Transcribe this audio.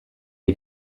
est